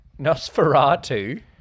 Nosferatu